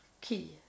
key